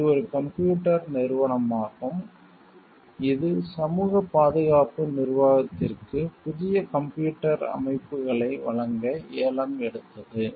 இது ஒரு கம்ப்யூட்டர் நிறுவனமாகும் இது சமூக பாதுகாப்பு நிர்வாகத்திற்கு புதிய கம்ப்யூட்டர் அமைப்புகளை வழங்க ஏலம் எடுத்தது